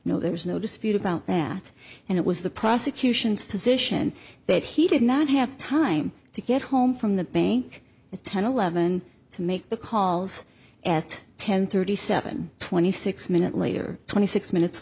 no there's no dispute about that and it was the prosecution's position that he did not have time to get home from the bank at ten eleven to make the calls at ten thirty seven twenty six minutes later twenty six minutes